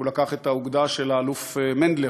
והוא לקח את האוגדה של האלוף מנדלר,